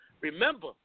Remember